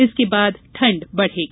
इसके बाद ठंड बढ़ेगी